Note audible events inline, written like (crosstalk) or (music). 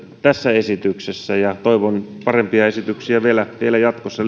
tässä esityksessä ja toivon parempia esityksiä vielä jatkossa (unintelligible)